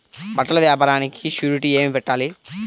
బట్టల వ్యాపారానికి షూరిటీ ఏమి పెట్టాలి?